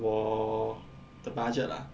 我的 budget ah